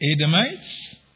Edomites